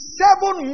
seven